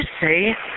say